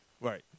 Right